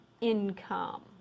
income